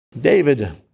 David